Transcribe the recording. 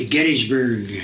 Gettysburg